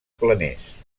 planers